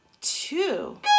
two